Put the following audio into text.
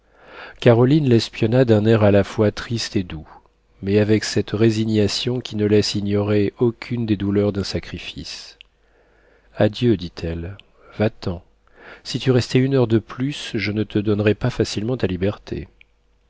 caroline l'espionna d'un air à la fois triste et doux mais avec cette résignation qui ne laisse ignorer aucune des douleurs d'un sacrifice adieu dit-elle va-t'en si tu restais une heure de plus je ne te donnerais pas facilement ta liberté